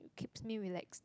keeps me relaxed